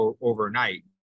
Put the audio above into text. overnight